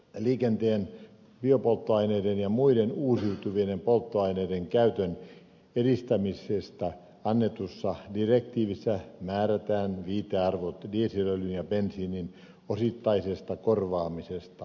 liikenteen biopolttoaineiden ja muiden uusiutuvien polttoaineiden käytön edistämisestä annetussa direktiivissä määrätään viitearvot dieselöljyn ja bensiinin osittaisesta korvaamisesta